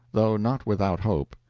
though not without hope.